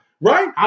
right